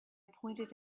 pointed